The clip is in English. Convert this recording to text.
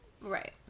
Right